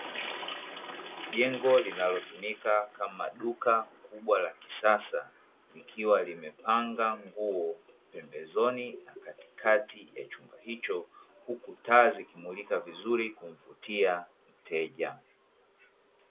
Jengo linalotumika kama duka kubwa la kisasa likiwa limepanga nguo pembezoni na katikati ya chumba hiko huku taa zikimulika vizuri kumvutia mteja.